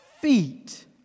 feet